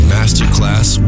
Masterclass